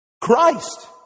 Christ